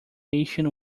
ancient